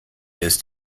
ist